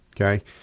Okay